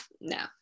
no